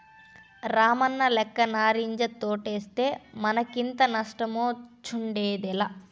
రామన్నలెక్క నారింజ తోటేస్తే మనకింత నష్టమొచ్చుండేదేలా